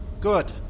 Good